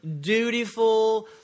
dutiful